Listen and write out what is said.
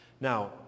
Now